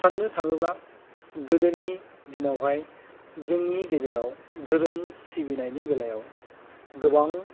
साननो थाङोब्ला गोदोनि दिनावहाय जोंनि गेजेराव धोरोम सिबिनायनि बेलायाव गोबां